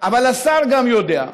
אבל השר גם יודע,